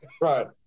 Right